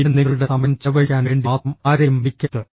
പിന്നെ നിങ്ങളുടെ സമയം ചെലവഴിക്കാൻ വേണ്ടി മാത്രം ആരെയും വിളിക്കരുത്